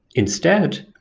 instead,